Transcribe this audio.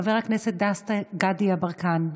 חבר הכנסת דסטה גדי יברקן,